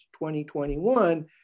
2021